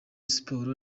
sports